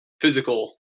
physical